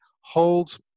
hold